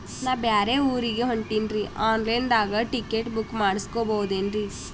ನಾ ಬ್ಯಾರೆ ಊರಿಗೆ ಹೊಂಟಿನ್ರಿ ಆನ್ ಲೈನ್ ದಾಗ ಟಿಕೆಟ ಬುಕ್ಕ ಮಾಡಸ್ಬೋದೇನ್ರಿ?